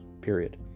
period